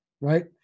Right